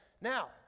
Now